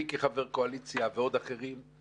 אני כחבר קואליציה ועוד אחרים,